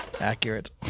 accurate